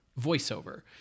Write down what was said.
voiceover